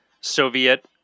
Soviet